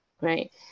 right